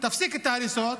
תפסיק את ההריסות,